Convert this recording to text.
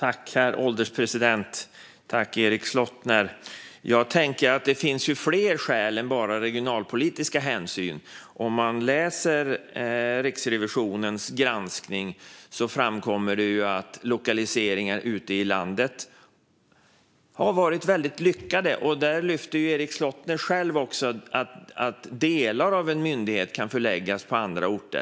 Herr ålderspresident! Det finns fler skäl än bara regionalpolitiska hänsyn. I Riksrevisionens granskning framkommer att lokaliseringar ute i landet har varit väldigt lyckade. Erik Slottner tar själv upp att delar av en myndighet kan förläggas på annan ort.